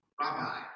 Rabbi